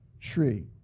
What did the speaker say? tree